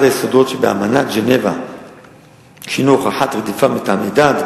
היסודות שבאמנת ז'נבה שהינו הוכחת רדיפה מטעמי דת,